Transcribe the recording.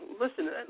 Listen